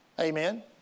Amen